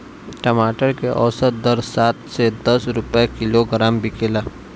टमाटर के औसत दर सात से दस रुपया किलोग्राम बिकला?